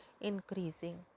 increasing